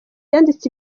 yanditse